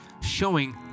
showing